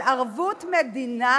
על ערבות מדינה